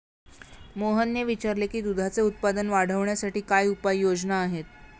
मोहनने विचारले की दुधाचे उत्पादन वाढवण्यासाठी काय उपाय योजना आहेत?